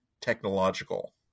technological